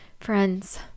Friends